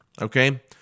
okay